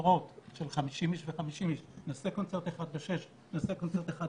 יופיע במסעדה הוא